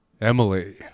Emily